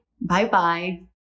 Bye-bye